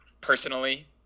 personally